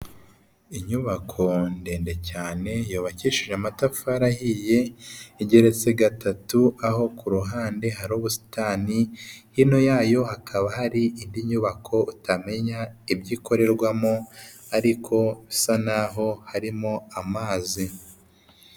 Inyubako ndende cyane yubakishije amatafari ahiye igeretse gatatu, aho ku ruhande hari ubusitani hino yayo hakaba hari indi nyubako utamenya ibyo ikorerwamo ariko isa naho harimo amazi.